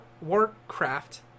Warcraft